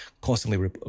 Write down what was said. constantly